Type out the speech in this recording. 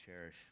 cherish